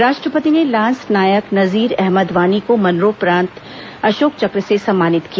राष्ट्रपति ने लांस नायक नजीर अहमद वानी को मरणोपरांत अशोक चक्र से सम्मानित किया